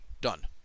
Done